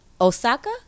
Osaka